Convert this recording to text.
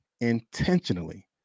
intentionally